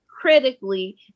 critically